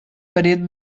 parede